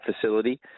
facility